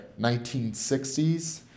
1960s